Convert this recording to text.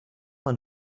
man